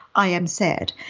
i am sad.